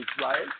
right